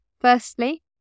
Firstly